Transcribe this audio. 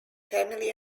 family